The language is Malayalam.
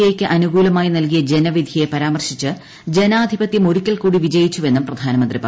എ യ്ക്ക് അനുകൂലമായി നൽകിയ ജനവിധിയെ പർാമർശിച്ച് ജനാധിപതൃം ഒരിക്കൽക്കൂടി വിജയിച്ചുവെന്നും പ്രധാനമന്ത്രി പറഞ്ഞു